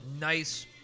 nice